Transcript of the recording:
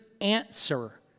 answer